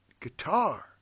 guitar